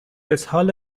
اسهال